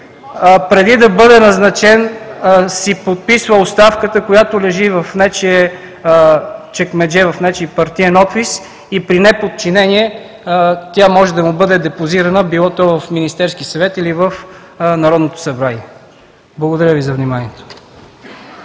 преди да бъде назначен, си подписва оставката, която лежи в нечие чекмедже, в нечий партиен офис, и при неподчинение тя може да му бъде депозирана – било то в Министерския съвет, или в Народното събрание. Благодаря Ви за вниманието.